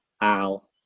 Al